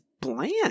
bland